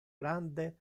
grande